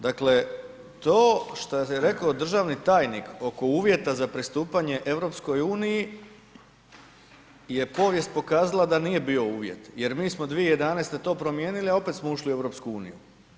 Dakle, to što je rekao državni tajnik oko uvjeta za pristupanje EU je povijest pokazala da nije bio uvjet jer mi smo 2011. to promijenili, a opet smo ušli u EU.